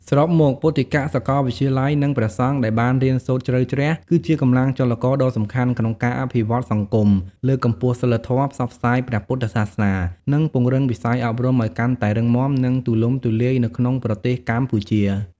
សរុបមក ពុទ្ធិកសាកលវិទ្យាល័យ និងព្រះសង្ឃដែលបានរៀនសូត្រជ្រៅជ្រះ គឺជាកម្លាំងចលករដ៏សំខាន់ក្នុងការអភិវឌ្ឍសង្គម លើកកម្ពស់សីលធម៌ ផ្សព្វផ្សាយព្រះពុទ្ធសាសនា និងពង្រីកវិស័យអប់រំឱ្យកាន់តែរឹងមាំ និងទូលំទូលាយនៅក្នុងប្រទេសកម្ពុជា។